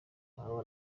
ahawe